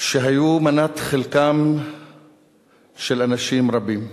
שהיו מנת חלקם של אנשים רבים.